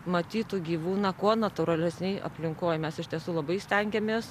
matytų gyvūną kuo natūralesnėj aplinkoj mes iš tiesų labai stengiamės